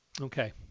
Okay